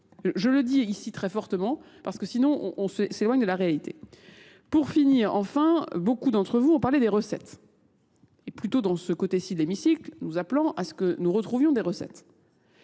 Je le dis ici très fortement parce que sinon on s'éloigne de la réalité. Pour finir, enfin, beaucoup d'entre vous ont parlé des recettes. Et plutôt dans ce côté-ci de l'hémicycle, nous appelons à ce que nous retrouvions des recettes.